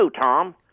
Tom